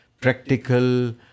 practical